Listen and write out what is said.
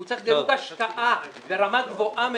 הוא צריך דירוג השקעה ברמה גבוהה מאוד.